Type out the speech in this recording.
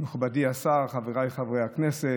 מכובדי השר, חבריי חברי הכנסת,